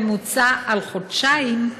בממוצע על חודשיים,